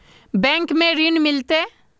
Bank में ऋण मिलते?